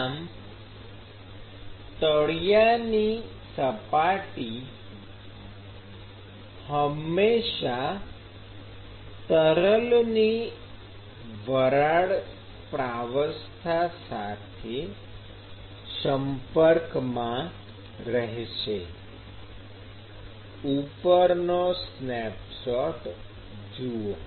આમ તળિયાની સપાટી હંમેશા તરલની વરાળ પ્રાવસ્થા સાથે સંપર્કમાં રહેશે ઉપરનો સ્નેપશોટ જુઓ